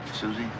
Susie